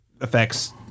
effects